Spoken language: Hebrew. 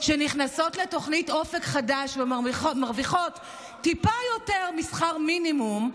שנכנסות לתוכנית אופק חדש ומרוויחות טיפה יותר משכר מינימום,